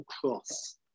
Cross